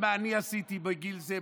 מה אני עשיתי בגיל זה,